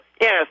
Yes